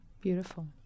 Beautiful